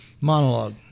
monologue